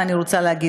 אני רוצה,